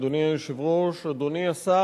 אדוני השר,